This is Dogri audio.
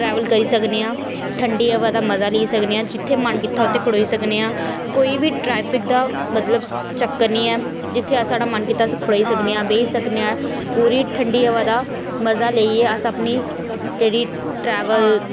ट्रेबल करी सकने हां ठंडी हवा दा मजा लेई सकने आं जित्थै मन कीता उत्थै खडोई सकने आं कोई बी ट्रैफिक मतलब चक्कर नेईं ऐ जित्थै साढा मन कीता अस खडोई सकने आं बेही सकनो आं पूरी ठंडी हवा दा मजा लेइयै अस अपनी जेह्ड़ी ट्रैबल